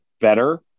better